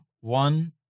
one